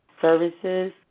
services